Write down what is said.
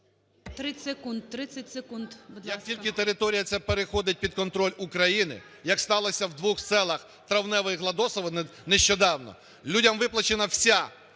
30 секунд. 30 секунд, будь ласка. РЕВА А.О. Як тільки територія ця переходить під контроль України, як сталося в двох селах Травневе іГладосове нещодавно, людям виплачена вся